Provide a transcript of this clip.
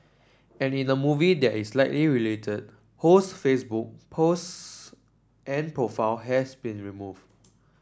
and in a movie that is likely related Ho's Facebook post and profile have been removed